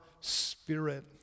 spirit